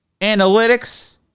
Analytics